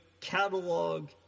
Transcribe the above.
catalog